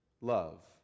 love